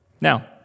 Now